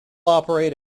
operate